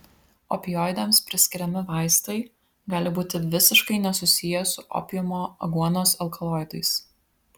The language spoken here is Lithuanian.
opioidams priskiriami vaistai gali būti visiškai nesusiję su opiumo aguonos alkaloidais